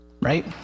Right